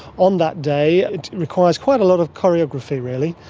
on that day it requires quite a lot of choreography really.